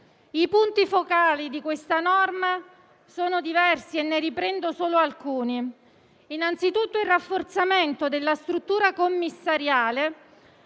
I punti focali di questa norma sono diversi e ne riprendo solo alcuni. Innanzitutto, il rafforzamento della struttura commissariale